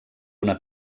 una